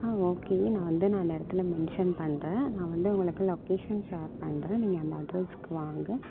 ஆ okay நான் வந்து நான் அந்த இடத்துல மென்ஷன் பண்ணுறேன் நான் வந்து உங்களுக்கு லொக்கேஷன் ஷேர் பண்ணுறேன் நீங்கள் அந்த அட்ரஸுக்கு வாங்க